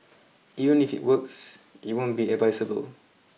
even if it works it won't be advisable